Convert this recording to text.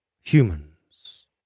humans